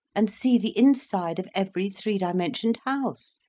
and see the inside of every three-dimensioned house,